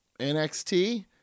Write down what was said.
NXT